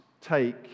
take